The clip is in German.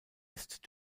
ist